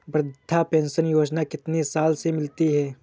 वृद्धा पेंशन योजना कितनी साल से मिलती है?